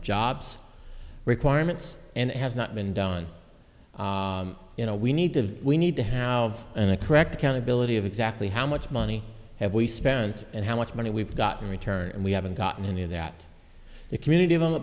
job's requirements and it has not been done you know we need to we need to have and the correct accountability of exactly how much money have we spent and how much money we've got in return and we haven't gotten any of that the community of on the